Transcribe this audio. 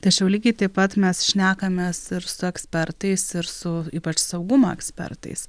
tačiau lygiai taip pat mes šnekamės ir su ekspertais ir su ypač saugumo ekspertais